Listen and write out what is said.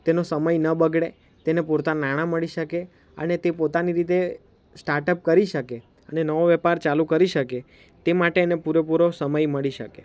તેનો સમય ન બગડે તેને પૂરતા નાણાં મળી શકે અને તે પોતાની રીતે સ્ટાર્ટઅપ કરી શકે અને નવો વેપાર ચાલુ કરી શકે તે માટે એને પૂરેપૂરો સમય મળી શકે